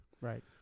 Right